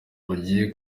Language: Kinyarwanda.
bagiye